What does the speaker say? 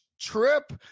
trip